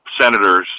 senators